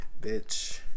bitch